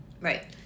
Right